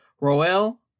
Roel